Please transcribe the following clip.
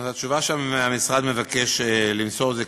התשובה שהמשרד מבקש למסור היא כך: